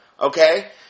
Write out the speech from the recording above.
Okay